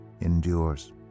endures